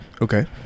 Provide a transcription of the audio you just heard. Okay